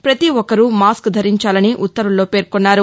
ప్రతి ఒక్కరూ మాస్క్ ధరించాలని ఉత్తర్వుల్లో పేర్కొన్నారు